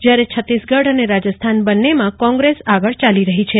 જયારે છત્તીસગઢ અને રાજસ્થાન બવાનનેમા કોંગ્રેસ આગળ ચાલી રહી છે